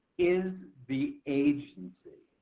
is the agency.